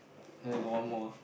no you got one more ah